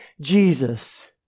Jesus